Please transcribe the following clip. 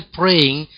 praying